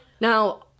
now